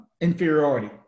inferiority